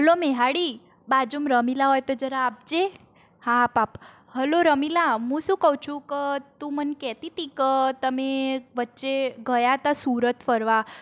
hello મેહાડી બાજુમાં રમીલા હોય તો જરા આપજે હા આપ આપ હલો રમીલા મું શું કહું છું કે તું મને કહેતી હતી કે તમે વચ્ચે ગયા હતા સુરત ફરવા